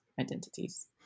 identities